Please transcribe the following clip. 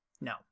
No